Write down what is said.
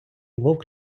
вовк